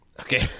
Okay